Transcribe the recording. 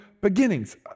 beginnings